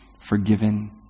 forgiven